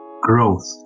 growth